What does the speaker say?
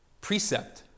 precept